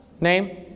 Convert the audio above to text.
name